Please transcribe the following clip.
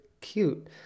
cute